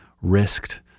risked